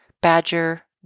badger